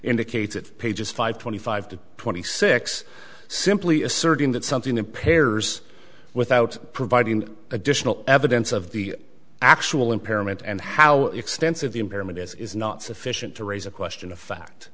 indicates that pages five twenty five to twenty six simply asserting that something impairs without providing additional evidence of the actual impairment and how extensive the impairment is is not sufficient to raise a question of fact